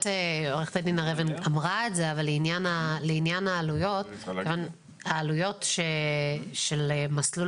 לעניין העלויות העלויות של מסלול